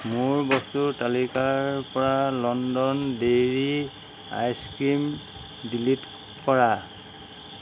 মোৰ বস্তুৰ তালিকাৰ পৰা লণ্ডন ডেইৰী আইচক্ৰীম ডিলিট কৰা